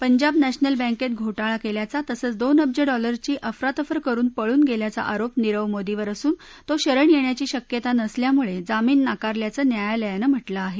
Punjab national बँकेत घोटाळा केल्याचा तसंच दोन अब्ज डॉलरची अफरातफर करुन पळून गेल्याचा आरोप नीरव मोदीवर असून तो शरण येण्याची शक्यता नसल्यामुळे जामीन नाकारल्याचं न्यायालयानं म्हटलं आहे